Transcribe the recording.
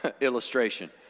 Illustration